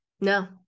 No